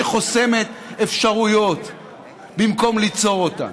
שחוסמת אפשרויות במקום ליצור אותן.